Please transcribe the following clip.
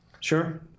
Sure